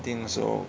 I think so